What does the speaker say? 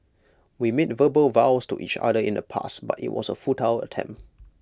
we made verbal vows to each other in the past but IT was A futile attempt